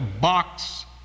box